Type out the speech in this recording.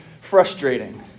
frustrating